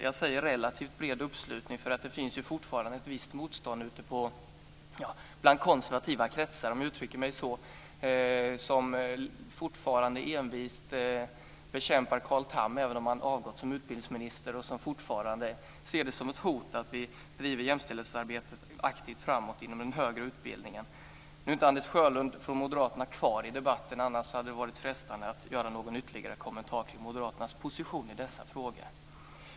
Jag säger relativt bred uppslutning därför att det ju fortfarande finns ett visst motstånd bland konservativa kretsar, om jag uttrycker mig så, som fortfarande envist bekämpar Carl Tham även om han avgått som utbildningsminister och som fortfarande ser det som ett hot att vi driver jämställdhetsarbetet aktivt framåt inom den högre utbildningen. Nu är inte Anders Sjölund från moderaterna kvar i debatten. Annars hade det varit frestande att göra någon ytterligare kommentar till moderaternas position i dessa frågor.